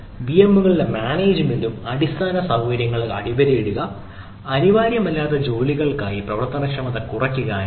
വിഎമ്മുകളുടെ മാനേജുമെന്റും അടിസ്ഥാന സൌകര്യങ്ങൾക്ക് അടിവരയിടുക അനിവാര്യമല്ലാത്ത ജോലികൾക്കായി പ്രവർത്തനക്ഷമത കുറയ്ക്കുക എന്നതാണ്